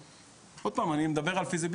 עוד פעם אני מדבר על יישום,